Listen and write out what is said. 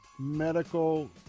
medical